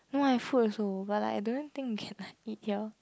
no I've food also but like I don't think you can like eat here